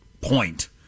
point